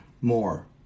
more